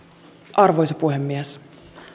arvoisa puhemies